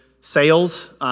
sales